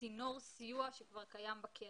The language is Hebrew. צינור סיוע שכבר קיים בקרן,